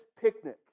picnic